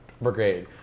brigade